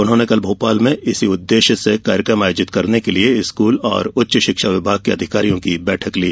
उन्होंने कल भोपाल में इसी उद्वेश्य से कार्यक्रम आयोजित करने के लिए स्कूल और उच्च शिक्षा विभाग के अधिकारियों की बैठक ली